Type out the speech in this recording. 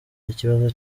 ikibazo